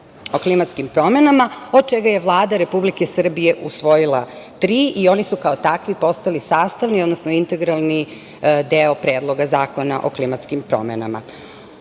o klimatskim promenama od čega je Vlada Republike Srbije usvojila tri, i oni su kao takvi postali sastavni, odnosno integralni deo Predloga zakona o klimatskim promenama. Ovo